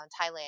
Thailand